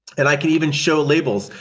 and i can even show labels.